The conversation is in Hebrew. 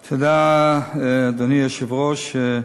תודה, אדוני היושב-ראש.